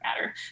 matter